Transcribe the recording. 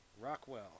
Rockwell